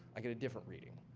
i get a different reading.